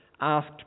asked